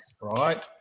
Right